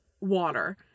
water